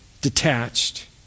detached